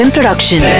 Production